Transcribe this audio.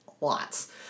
lots